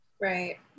Right